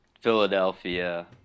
philadelphia